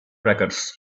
crackers